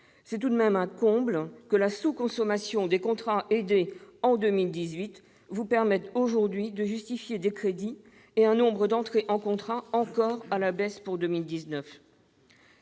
C'est tout de même un comble que la sous-consommation des contrats aidés en 2018 vous permette de justifier des crédits et un nombre d'entrées en contrat encore en baisse pour 2019